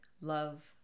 love